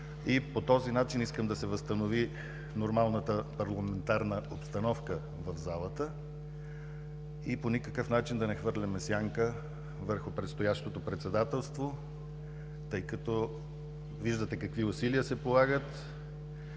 и по този начин искам да се възстанови нормалната парламентарна обстановка в залата и по никакъв начин да не хвърляме сянка върху предстоящото председателство, тъй като виждате какви усилия се полагат,